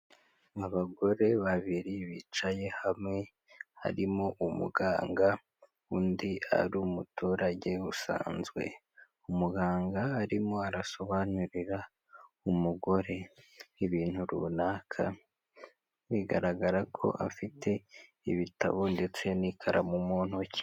Abagore babiri bicaye hamwe, harimo umuganga, undi ari umuturage usanzwe, umuganga arimo arasobanurira umugore ibintu runaka, bigaragara ko afite ibitabo ndetse n'ikaramu muntu ntoki.